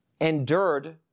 endured